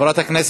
נגד,